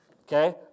Okay